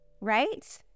Right